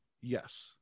Yes